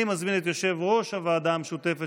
אני מזמין את יושב-ראש הוועדה המשותפת